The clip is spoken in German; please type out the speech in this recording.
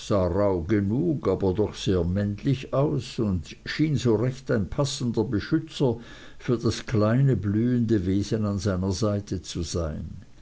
genug aber doch sehr männlich aus und schien so recht ein passender beschützer für das kleine blühende wesen an seiner seite zu sein